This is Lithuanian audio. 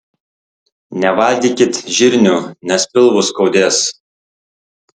nevalgykit žirnių nes pilvus skaudės